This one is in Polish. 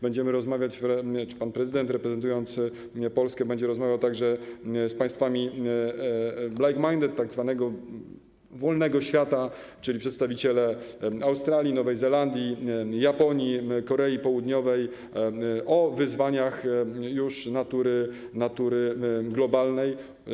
Będziemy rozmawiać czy pan prezydent reprezentujący Polskę będzie rozmawiał także z państwami like-minded tzw. wolnego świata - czyli przedstawiciele Australii, Nowej Zelandii, Japonii, Korei Południowej - o wyzwaniach już natury globalnej.